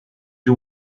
you